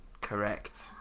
Correct